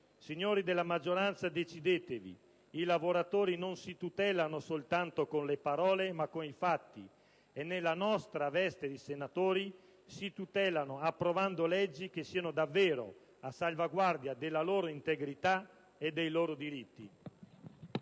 Signori della maggioranza, decidetevi. I lavoratori non si tutelano soltanto con le parole, ma con i fatti. E nella nostra veste di senatori si tutelano approvando leggi che siano davvero a salvaguardia della loro integrità e dei loro diritti.